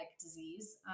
disease